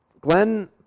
Glenn